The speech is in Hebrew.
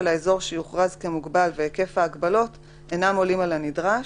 האזור שיוכרז כמוגבל והיקף ההגבלות אינם עולים על הנדרש,